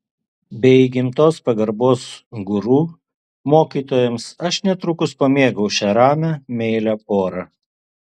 be įgimtos pagarbos guru mokytojams aš netrukus pamėgau šią ramią meilią porą